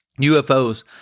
UFOs